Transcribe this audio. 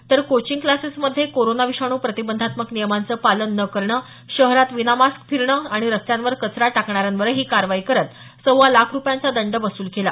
तर कोचिंग क्लासेसमध्ये कोरोना विषाणू प्रतिबंधात्मक नियमांचं पालन न करणं शहरात विनामास्क फिरणं आणि रस्त्यांवर कचरा टाकणाऱ्यांवरही कारवाई करत सव्वा लाख रूपयांचा दंड वसूल केला